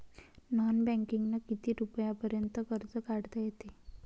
Non बँकिंगनं किती रुपयापर्यंत कर्ज काढता येते?